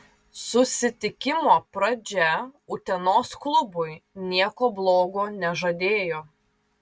susitikimo pradžia utenos klubui nieko blogo nežadėjo